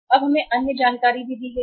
और अब हमें अन्य जानकारी भी दी गई है